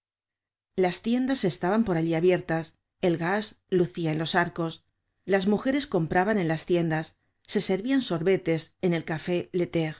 las tiendas estaban por allí abiertas el gas lucia en los arcos las mujeres compraban en las tiendas se servian sorbetes en el café